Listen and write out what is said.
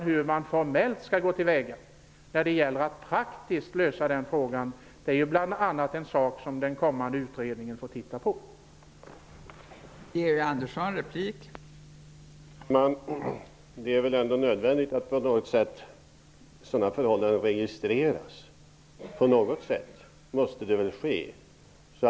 Hur man formellt skall gå till väga när det gäller att lösa det praktiskt är en sak som den kommande utredningen får titta närmare på.